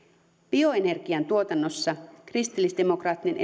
bioenergian tuotannossa kristillisdemokraattinen